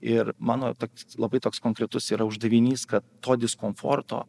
ir mano toks labai toks konkretus yra uždavinys kad to diskomforto